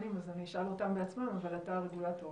מהמוזמנים אז אשאל אותם בעצמם, אבל אתה הרגולטור.